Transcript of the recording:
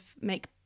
make